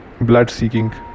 blood-seeking